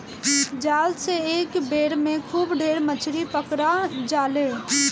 जाल से एक बेर में खूब ढेर मछरी पकड़ा जाले